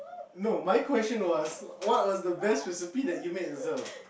no my question was what was the best recipe that you made as well